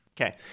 Okay